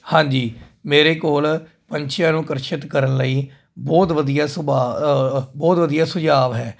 ਹਾਂਜੀ ਮੇਰੇ ਕੋਲ ਪੰਛੀਆਂ ਨੂੰ ਅਕਰਸ਼ਿਤ ਕਰਨ ਲਈ ਬਹੁਤ ਵਧੀਆ ਬਹੁਤ ਸੁਭਾਅ ਬਹੁਤ ਵਧੀਆ ਸੁਝਾਵ ਹੈ